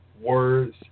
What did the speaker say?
words